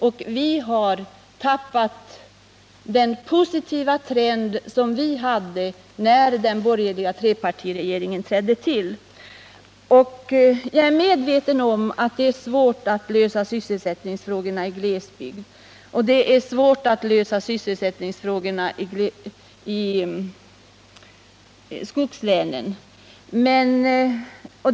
När den borgerliga trepartiregeringen trädde till, vände den tidigare positiva trenden. Jag är medveten om att det är svårt att lösa sysselsättningsproblemen i glesbygd och i skogslän.